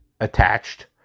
attached